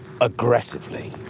aggressively